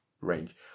range